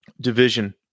division